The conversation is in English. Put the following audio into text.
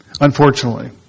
unfortunately